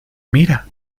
mira